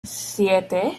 siete